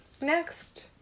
next